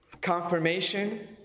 Confirmation